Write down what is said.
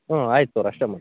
ಹ್ಞೂ ಆಯ್ತು ಸರ್ ಅಷ್ಟೇ ಮಾಡಿರಿ